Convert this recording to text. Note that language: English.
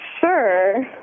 Sure